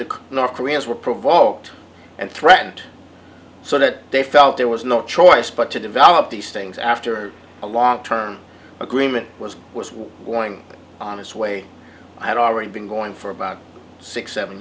the north koreans were provoked and threatened so that they felt there was no choice but to develop these things after a long term agreement was was going on his way had already been going for about six seven